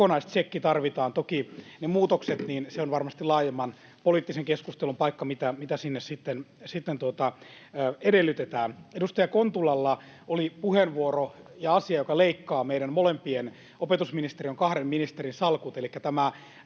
kokonaistsekki tarvitaan. Toki ne muutokset ovat varmasti laajemman poliittisen keskustelun paikka, mitä sinne sitten edellytetään. Edustaja Kontulalla oli puheenvuoro ja asia, joka leikkaa meidän molempien opetusministeriön kahden ministerin salkut,